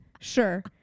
Sure